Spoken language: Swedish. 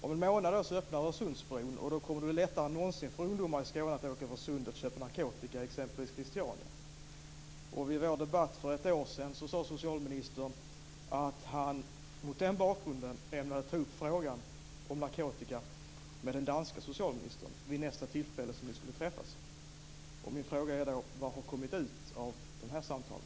Om en månad öppnar Öresundsbron, och då kommer det att vara lättare än någonsin för ungdomar i Skåne att åka över Sundet och köpa narkotika, exempelvis i Christiania. Vid vår debatt för ett år sedan sade socialministern att han mot den bakgrunden ämnar att ta upp frågan om narkotika med den danska socialministern vid nästa tillfälle de skulle träffas. Min fråga är: Vad har kommit ut av de samtalen?